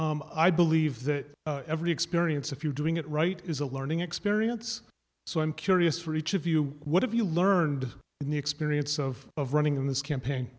i believe that every experience if you're doing it right is a learning experience so i'm curious for each of you what have you learned in the experience of running in this camp